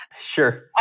Sure